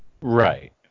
Right